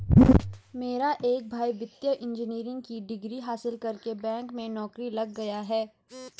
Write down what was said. मेरा एक भाई वित्तीय इंजीनियरिंग की डिग्री हासिल करके बैंक में नौकरी लग गया है